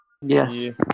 Yes